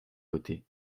côtés